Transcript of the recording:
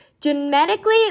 genetically